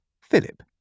Philip